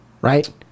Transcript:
right